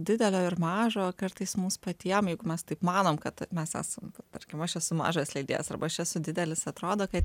didelio ir mažo kartais mums patiem jeigu mes taip manom kad mes esam tarkim aš esu mažas leidėjas arba aš esu didelis atrodo kad